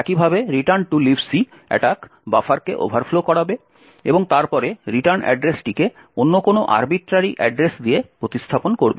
একইভাবে 'return to lib c' attack বাফারকে overflow করাবে এবং তারপরে রিটার্ন অ্যাড্রেসটিকে অন্য কোনো আর্বিট্রারি অ্যাড্রেস দিয়ে প্রতিস্থাপন করবে